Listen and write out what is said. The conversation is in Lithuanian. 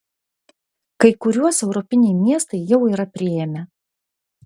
kai kuriuos europiniai miestai jau yra priėmę